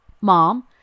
Mom